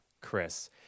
Chris